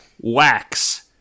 wax